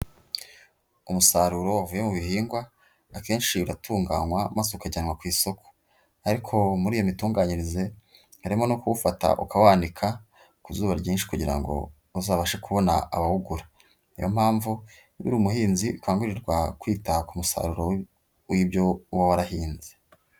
Umusaruro wavuye mu bihingwa, akenshi uratunganywa maze ukajyanwa ku isoko. Ariko muri iyo mitunganyirize, harimo no kuwufata ukawanika, ku zuba ryinshi kugira ngo, uzabashe kubona abawugura. Niyo mpamvu, niba uri umuhinzi ukangurirwa kwita ku musaruro w'ibyo uba warahinze.